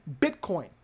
bitcoin